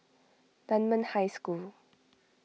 Dunman High School